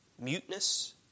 muteness